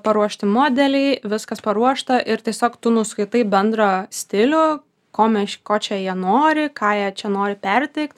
paruošti modeliai viskas paruošta ir tiesiog tu nuskaitai bendrą stilių ko mes ko čia jie nori ką jie čia nori perteikt